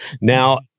Now